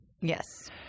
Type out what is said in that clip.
Yes